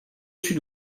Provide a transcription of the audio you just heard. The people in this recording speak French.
sud